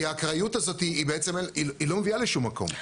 כי האקראיות הזאת בעצם היא לא מביאה לשום מקום.